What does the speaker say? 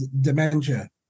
dementia